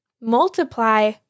multiply